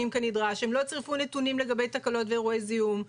כנדרש; הם לא צירפו נתונים לגבי תקלות ואירועי זיהום,